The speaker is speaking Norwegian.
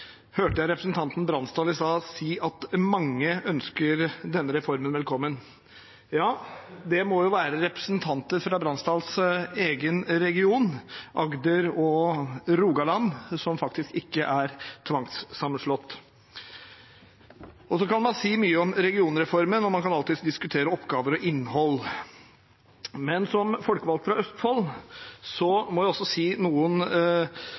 hørte jeg representanten Bransdal i stad si at mange ønsker denne reformen velkommen. Det må være representanter fra Bransdals egen region, Agder, og Rogaland, som faktisk ikke er tvangssammenslått. Man kan si mye om regionreformen, og man kan alltids diskutere oppgaver og innhold, men som folkevalgt fra Østfold må jeg også si noen